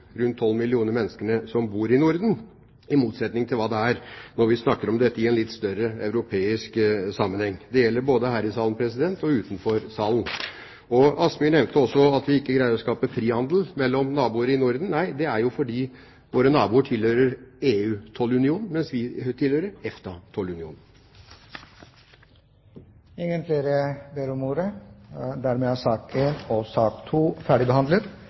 rundt 25 millioner menneskene som bor i Norden – i motsetning til hva det er når vi snakker om dette i en litt større, europeisk sammenheng. Det gjelder både her i salen og utenfor salen. Kielland Asmyhr nevnte også at vi ikke greier å skape frihandel mellom naboer i Norden. Nei, det er jo fordi våre naboer tilhører EU-tollunionen, mens vi tilhører EFTA-tollunionen. Flere har ikke bedt om ordet til sakene nr. 1 og